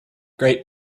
great